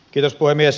kiitos puhemies